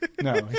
no